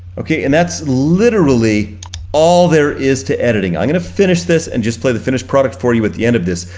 okay, and that's literally all there is to editing. i'm gonna finish this and just play the finished product for you at the end of this,